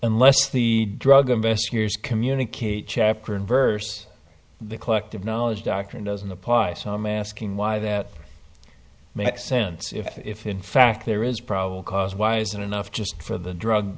unless the drug investigators communicate chapter and verse the collective knowledge doctrine doesn't apply some asking why that makes sense if in fact there is probable cause why isn't enough just for the drug